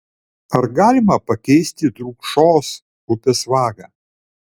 ar galima pakeisti drūkšos upės vagą